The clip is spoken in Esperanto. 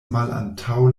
malantaŭ